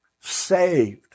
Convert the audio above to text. saved